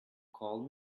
call